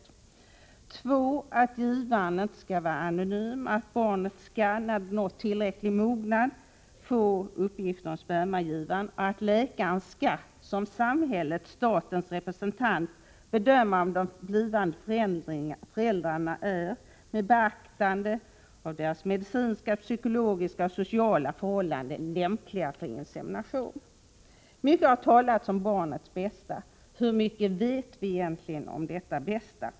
För det andra anges att givaren inte skall vara anonym, och att barnet, när det nått tillräckligt mognad skall få uppgifter om spermagivaren. För det tredje skall läkaren — som samhällets, statens representant — bedöma om de blivande föräldrarna är, med beaktande av deras medicinska, psykologiska och sociala förhållanden, lämpliga för insemination. Mycket har talats om barnets bästa. Hur mycket vet vi egentligen om detta bästa?